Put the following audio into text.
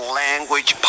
language